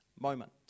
moment